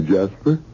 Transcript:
Jasper